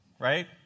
right